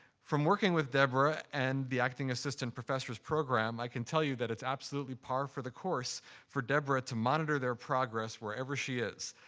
from working with deborah and the acting assistant professors program, i can tell you that it's absolutely par for the course for deborah to monitor their progress wherever she is,